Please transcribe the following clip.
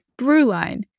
Brewline